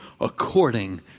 according